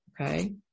okay